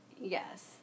yes